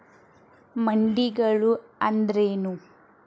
ಮಂಡಿಗಳು ಅಂದ್ರೇನು?